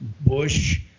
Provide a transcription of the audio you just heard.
Bush